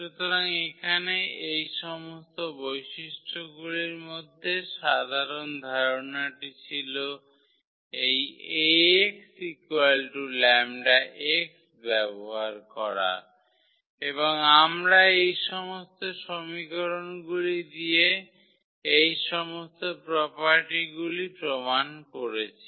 সুতরাং এখানে এই সমস্ত বৈশিষ্ট্যগুলির মধ্যে সাধারণ ধারণাটি ছিল এই 𝐴𝑥 𝜆𝑥 ব্যবহার করা এবং আমরা এই সমস্ত সমীকরণগুলি দিয়ে এই সমস্ত প্রোপার্টিগুলি প্রমাণ করেছি